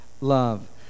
love